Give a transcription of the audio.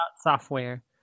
Software